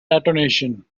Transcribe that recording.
detonation